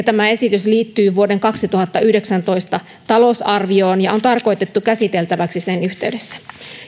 tämä esitys liittyy vuoden kaksituhattayhdeksäntoista talousarvioon ja on tarkoitettu käsiteltäväksi sen yhteydessä